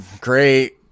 great